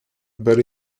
but